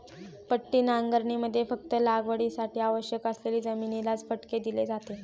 पट्टी नांगरणीमध्ये फक्त लागवडीसाठी आवश्यक असलेली जमिनीलाच फटके दिले जाते